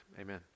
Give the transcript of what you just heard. Amen